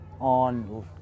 on